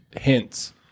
hints